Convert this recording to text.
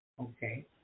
Okay